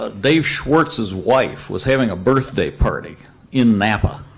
ah dave schwartz's wife was having a birthday party in napa.